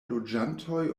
loĝantoj